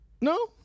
No